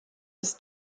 des